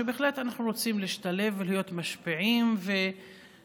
שבהחלט אנחנו רוצים להשתלב ולהיות משפיעים ולקחת